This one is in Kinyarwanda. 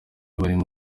barimo